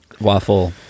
Waffle